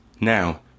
Now